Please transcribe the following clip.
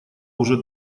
уже